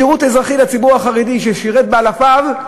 שירות אזרחי לציבור החרדי ששירת באלפיו,